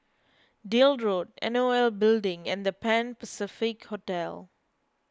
Deal Road N O L Building and the Pan Pacific Hotel